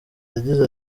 yagize